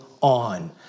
on